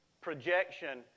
projection